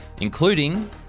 including